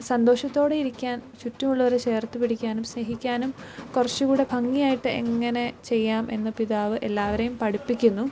സന്തോഷത്തോടെ ഇരിക്കാൻ ചുറ്റുമുള്ളവരെ ചേർത്തുപിടിക്കാനും സ്നേഹിക്കാനും കുറച്ചുകൂടെ ഭംഗിയായിട്ട് എങ്ങനെ ചെയ്യാം എന്ന് പിതാവ് എല്ലാവരേയും പഠിപ്പിക്കുന്നു